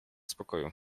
spokoju